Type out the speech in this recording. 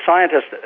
scientists,